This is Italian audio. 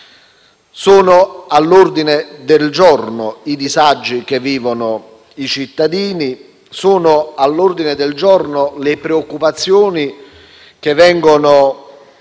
Sono all'ordine del giorno i disagi che vivono i cittadini. Sono all'ordine del giorno le preoccupazioni che vengono